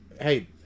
hey